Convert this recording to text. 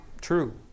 true